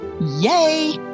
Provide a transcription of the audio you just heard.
yay